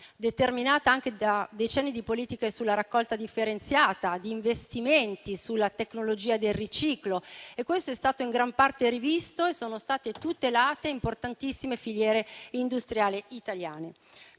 determinata anche da decenni di politiche sulla raccolta differenziata, di investimenti sulla tecnologia del riciclo. Ciò è stato in gran parte rivisto e sono state tutelate importantissime filiere industriali italiane.